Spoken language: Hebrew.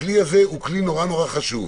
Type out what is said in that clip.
הכלי הזה הוא כלי נורא נורא חשוב.